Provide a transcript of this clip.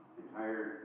entire